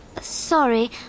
Sorry